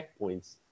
checkpoints